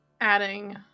adding